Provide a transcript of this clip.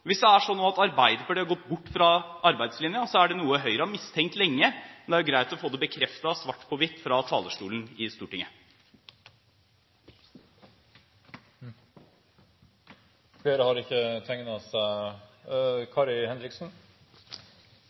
Hvis det nå er sånn at Arbeiderpartiet har gått bort fra arbeidslinjen, er det noe Høyre har mistenkt lenge, men det er greit å få det bekreftet svart på hvitt fra talerstolen i Stortinget. Representanten Kari Henriksen